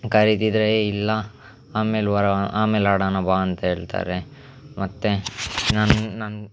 ಕರೀತಿದ್ದರೆ ಏಯ್ ಇಲ್ಲ ಆಮೇಲೆ ಬರ ಆಮೇಲೆ ಆಡೋಣ ಬಾ ಅಂತ ಹೇಳ್ತಾರೆ ಮತ್ತು ನಾನು ನನ್ನ